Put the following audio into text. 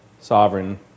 sovereign